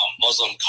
Muslim